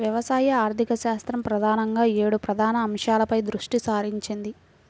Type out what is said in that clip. వ్యవసాయ ఆర్థికశాస్త్రం ప్రధానంగా ఏడు ప్రధాన అంశాలపై దృష్టి సారించింది